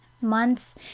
months